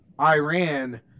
Iran